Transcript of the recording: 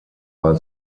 war